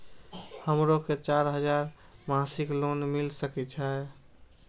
हमरो के चार हजार मासिक लोन मिल सके छे?